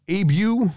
Abu